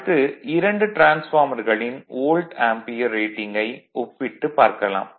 அடுத்து இரண்டு டிரான்ஸ்பார்மர்களின் வோல்ட் ஆம்பியர் ரேட்டிங்கை ஒப்பிட்டுப் பார்க்கலாம்